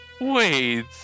Wait